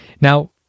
Now